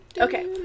Okay